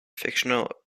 fictional